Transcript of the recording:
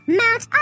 mount